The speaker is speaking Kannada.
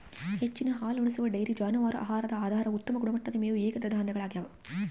ಹೆಚ್ಚಿನ ಹಾಲುಣಿಸುವ ಡೈರಿ ಜಾನುವಾರು ಆಹಾರದ ಆಧಾರವು ಉತ್ತಮ ಗುಣಮಟ್ಟದ ಮೇವು ಏಕದಳ ಧಾನ್ಯಗಳಗ್ಯವ